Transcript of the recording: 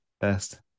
Best